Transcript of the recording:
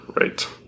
Right